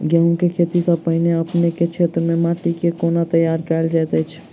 गेंहूँ केँ खेती सँ पहिने अपनेक केँ क्षेत्र मे माटि केँ कोना तैयार काल जाइत अछि?